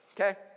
okay